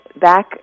back